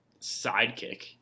sidekick